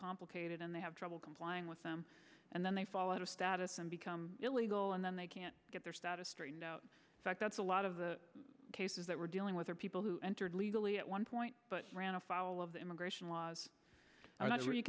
complicated and they have trouble complying with them and then they fall out of status and become illegal and then they can't get their status straightened out that's a lot of the cases that we're dealing with are people who entered legally at one point but ran afoul of the immigration